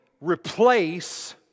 replace